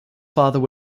father